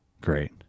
great